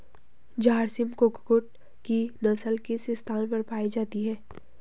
झारसिम कुक्कुट की नस्ल किस स्थान पर पाई जाती है?